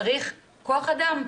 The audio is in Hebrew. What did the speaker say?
צריך כוח אדם.